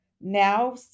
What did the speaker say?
now